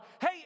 Hey